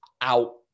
out